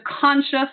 conscious